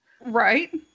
Right